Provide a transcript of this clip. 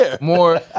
more